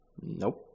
nope